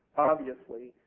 obviously,